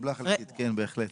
התקבלה חלקית, כן בהחלט.